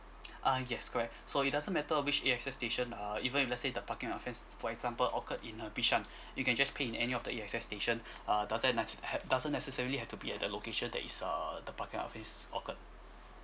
uh yes correct so it doesn't matter which A_X_S station uh even if let's say the parking offence for example occurred in uh bishan you can just pay in any of the A_X_S station uh doesn't ne~ ha~ doesn't necessarily have to be at the location that is err the parking offence occured